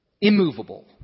immovable